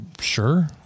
Sure